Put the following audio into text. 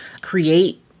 create